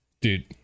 dude